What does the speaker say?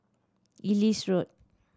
Ellis Road